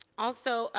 also,